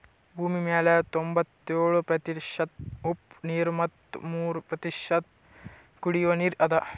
ಭೂಮಿಮ್ಯಾಲ್ ತೊಂಬತ್ಯೋಳು ಪ್ರತಿಷತ್ ಉಪ್ಪ್ ನೀರ್ ಮತ್ ಮೂರ್ ಪ್ರತಿಷತ್ ಕುಡಿಯೋ ನೀರ್ ಅದಾ